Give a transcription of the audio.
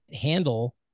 handle